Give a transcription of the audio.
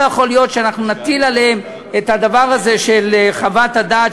לא יכול להיות שנטיל עליהן את הדבר הזה של חוות הדעת,